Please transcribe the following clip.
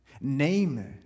Name